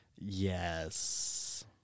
Yes